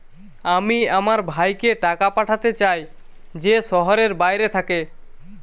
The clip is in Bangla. আমি আমার ভাইকে টাকা পাঠাতে চাই যে শহরের বাইরে থাকে